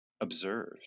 observed